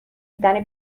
دیدن